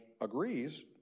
agrees